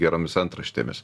geromis antraštėmis